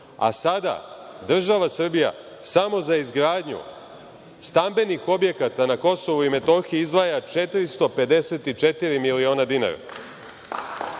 a sada država Srbija, samo za izgradnju stambenih objekata na KiM, izdvaja 454 miliona dinara.